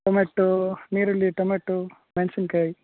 tomato ನೀರುಳ್ಳಿ tomato ಮೆಣಸಿನ್ಕಾಯಿ